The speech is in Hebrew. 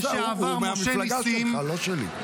הוא מהמפלגה שלך, לא שלי.